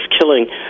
killing